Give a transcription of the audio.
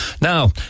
Now